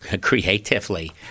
creatively